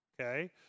okay